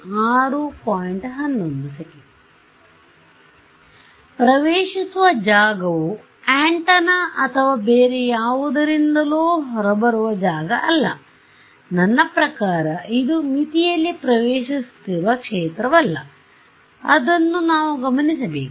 ಈ ಪ್ರವೇಷಿಸುವಜಾಗವು ಆಂಟೆನಾ ಅಥವಾ ಬೇರೆ ಯಾವುದರಿಂದಲೊ ಹೊರಬರುವ ಜಾಗ ಅಲ್ಲ ನನ್ನ ಪ್ರಕಾರ ಇದು ಮಿತಿಯಲ್ಲಿ ಪ್ರವೇಷಿಸುತ್ತಿರುವ ಕ್ಷೇತ್ರವಲ್ಲ ಅದನ್ನು ನಾವು ಗಮನಿಸಬೇಕು